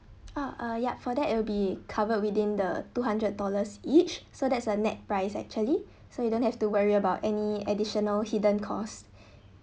ah uh ya for that you will be covered within the two hundred dollars each so that's a net price actually so you don't have to worry about any additional hidden costs